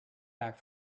back